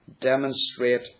demonstrate